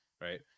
right